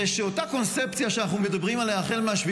הוא שאותה קונספציה שאנחנו מדברים עליה החל מ-7